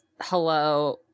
hello